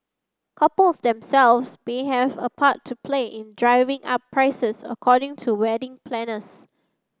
couples themselves may have a part to play in driving up prices according to wedding planners